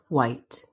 White